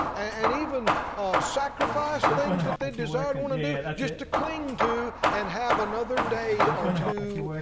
and even sacrifice things that they desire and want to do, just to cling to and have another day or two,